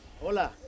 hola